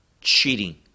cheating